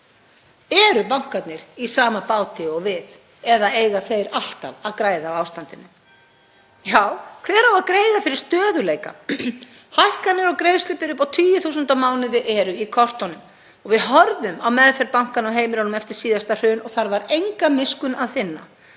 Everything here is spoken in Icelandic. Eru bankarnir í sama báti og við eða eiga þeir alltaf að græða á ástandinu? Já, hver á að greiða fyrir stöðugleika? Hækkanir á greiðslubyrði upp á tugi þúsunda á mánuði eru í kortunum. Við horfðum á meðferð bankanna á heimilunum eftir síðasta hrun og þar var enga miskunn að finna.